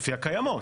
לפי הקיימות.